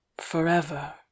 Forever